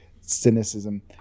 cynicism